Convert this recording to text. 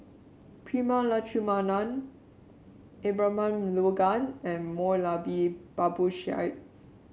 Prema Letchumanan Abraham Logan and Moulavi Babu Sahib